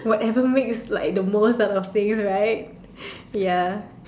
whatever makes like the most out of fame right ya